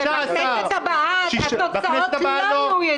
ובכנסת הבאה התוצאות לא יהיו ידועות מראש?